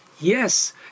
yes